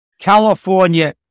California